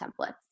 templates